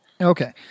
Okay